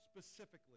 specifically